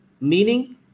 Meaning